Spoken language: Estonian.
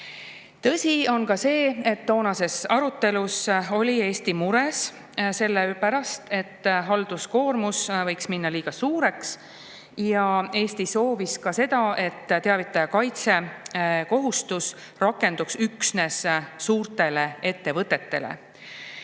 on ka see, et toonase arutelu ajal oli Eesti mures selle pärast, et halduskoormus võib minna liiga suureks. Eesti soovis, et teavitaja kaitse kohustus rakenduks üksnes suurtele ettevõtetele